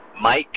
Mike